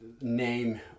name